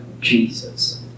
Jesus